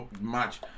match